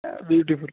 beautiful